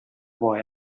boy